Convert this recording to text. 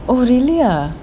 oh really ah